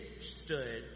stood